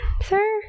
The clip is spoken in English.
sir